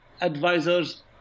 advisors